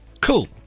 Cool